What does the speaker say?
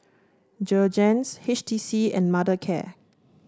Jergens H T C and Mothercare